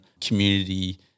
community